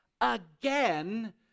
again